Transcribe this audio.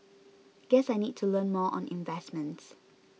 guess I need to learn more on investments